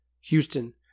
Houston